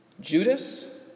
Judas